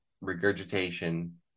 regurgitation